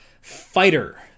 Fighter